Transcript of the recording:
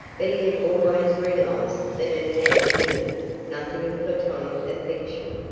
but he had always realized that it had in it nothing of platonic affection.